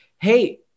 hey